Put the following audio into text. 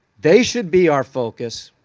they should be our focus.